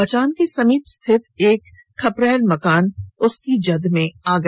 मचान के समीप स्थित खपरैल मकान उसकी जद में आ गया